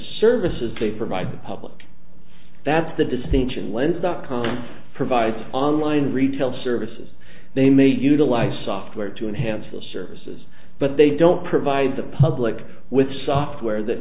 services they provide public that's the distinction lens dot com provides online retail services they may utilize software to enhance those services but they don't provide the public with software that